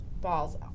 balls